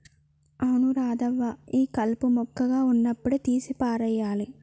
అవును రాధవ్వ ఈ కలుపు మొక్కగా ఉన్నప్పుడే తీసి పారేయాలి